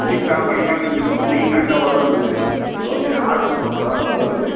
ம் அல்லி தாமரைலாம் நீங்கள் சொன்னிங்கனாக்கால் வரும் அது சொல்லி ஆட்ரு சொன்னால் தான் வரும் அது